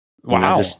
Wow